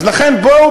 אז לכן בואו,